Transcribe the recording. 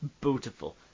beautiful